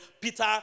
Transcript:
Peter